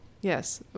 Yes